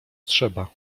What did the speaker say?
trzeba